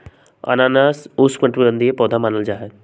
अनानास उष्णकटिबंधीय पौधा मानल जाहई